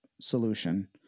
solution